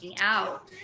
out